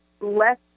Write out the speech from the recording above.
less